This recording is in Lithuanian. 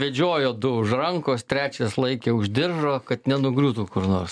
vedžiojo du už rankos trečias laikė už diržo kad nenugriūtų kur nors